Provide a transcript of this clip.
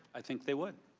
i think they would.